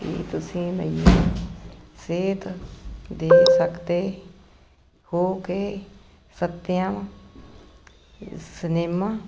ਕੀ ਤੁਸੀਂ ਮੈਨੂੰ ਸੇਧ ਦੇ ਸਕਦੇ ਹੋ ਕਿ ਸੱਤਿਆਮ ਸਿਨੇਮਾ